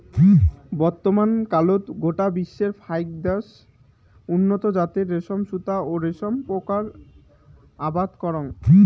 বর্তমানকালত গোটা বিশ্বর ফাইক দ্যাশ উন্নত জাতের রেশম সুতা ও রেশম পোকার আবাদ করাং